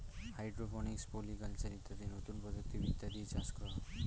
hydroponics, polyculture ইত্যাদি নতুন প্রযুক্তি বিদ্যা দিয়ে চাষ করা হয়